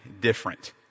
different